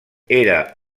era